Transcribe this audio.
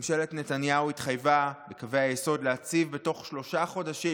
ממשלת נתניהו התחייבה בקווי היסוד להציג בתוך שלושה חודשים,